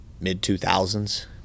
mid-2000s